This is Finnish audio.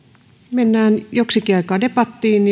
mennään joksikin aikaa debattiin